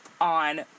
on